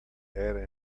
era